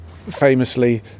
famously